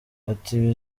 ati